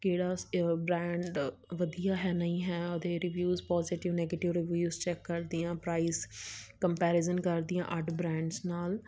ਕਿਹੜਾ ਬਰਾਂਡ ਵਧੀਆ ਹੈ ਨਹੀਂ ਹੈ ਉਹਦੇ review positive negative review check ਕਰਦੀ ਹਾਂ ਪ੍ਰਾਈਜ ਕੰਪੈਰੀਜ਼ਨ ਕਰਦੀ ਹਾਂ ਅੱਡ ਬਰੈਂਡਸ ਨਾਲ